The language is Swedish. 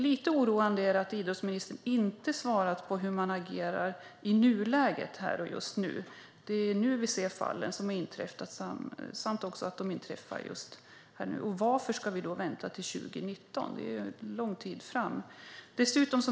Lite oroande är det att idrottsministern inte har svarat på hur man agerar i nuläget här och just nu. Det är nu vi ser fallen som har inträffat. Varför ska vi vänta till 2019? Det är lång tid fram.